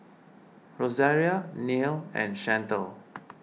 Rosaria Neil and Shantel